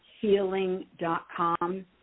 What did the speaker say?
healing.com